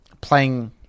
playing